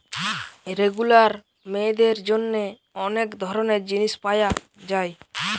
regular মেয়েদের জন্যে অনেক ধরণের জিনিস পায়া যায়